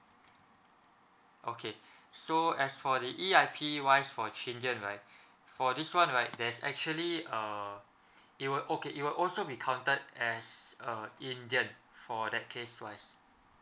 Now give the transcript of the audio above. okay so as for the E_I_P wise for chindian right for this one right there's actually err it will okay it will also be counted as a indian for that case wise